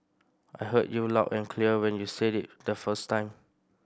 I heard you loud and clear when you said it the first time